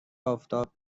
آفتاب